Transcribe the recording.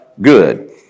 good